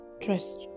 trust